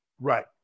Right